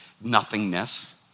nothingness